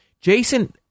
jason